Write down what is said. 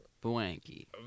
Blanky